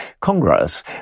Congress